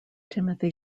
timothy